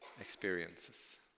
experiences